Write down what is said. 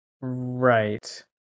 Right